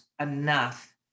enough